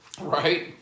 Right